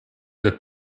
the